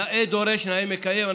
נאה דורש נאה מקיים.